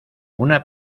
una